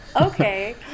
okay